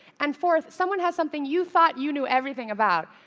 and fourth, someone has something you thought you knew everything about,